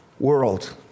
world